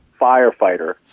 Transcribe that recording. firefighter